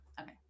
Okay